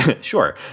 sure